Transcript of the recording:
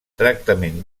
tractament